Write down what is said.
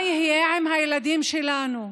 מה יהיה עם הילדים שלנו,